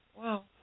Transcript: Wow